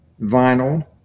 vinyl